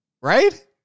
Right